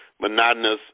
monotonous